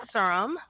Serum